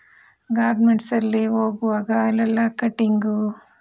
ಗಾರ್ಮೆಂಟ್ಸಲ್ಲಿ ಹೋಗುವಾಗ ಅಲ್ಲೆಲ್ಲ ಕಟ್ಟಿಂಗ್